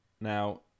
Now